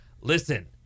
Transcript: listen